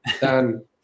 dan